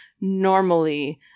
normally